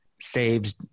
saves